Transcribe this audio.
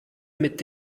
mit